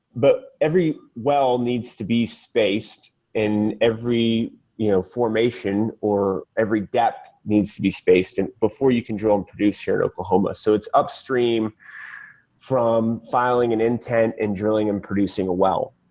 but every well needs to be spaced in every you know formation, or every depth needs to be spaced and before you can drill and produce your oklahoma. so it's upstream from filing an intent in drilling and producing a well.